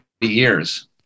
years